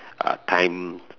uh time